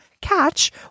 catch